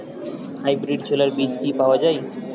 Hybrid ছোলার বীজ কি পাওয়া য়ায়?